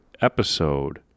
episode